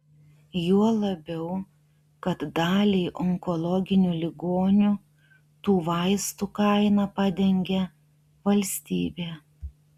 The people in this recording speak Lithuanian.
juo labiau kad daliai onkologinių ligonių tų vaistų kainą padengia valstybė